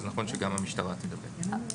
נכון שגם המשטרה תדווח.